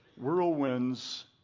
Whirlwinds